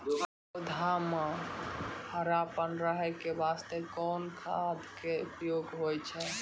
पौधा म हरापन रहै के बास्ते कोन खाद के उपयोग होय छै?